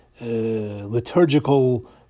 liturgical